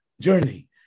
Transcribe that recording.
journey